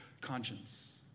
conscience